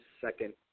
second